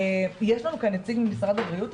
יש לנו כאן נציג ממשרד הבריאות?